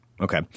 Okay